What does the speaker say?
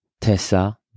Tessa